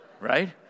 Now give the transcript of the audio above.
right